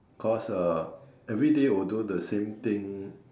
'cause uh every day will do the same thing